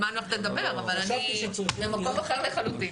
אבל אני במקום אחר לחלוטין.